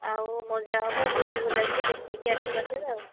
ଆଉ ମଜା ହବ ବୁଲିବୁଲାକି ଦେଖିକି ଆସିବା ତେବେ ଆଉ